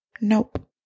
Nope